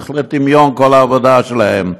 ירדה לטמיון כל העבודה שלהן,